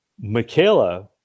Michaela